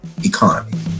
economy